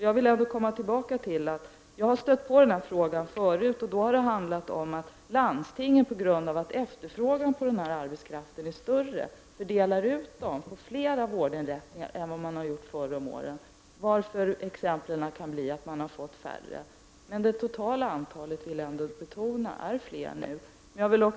Jag har tidigare stött på den här frågan, men då har det handlat om att landstingen, på grund av att efterfrågan på denna arbetskraft är större än tillgången, fördelar ut den på fler vårdinrättningar än vad man har gjort förr om åren, varvid resultatet kan bli att något sjukhus har fått mindre tilldelning. Men det totala antalet är nu högre — det vill jag betona.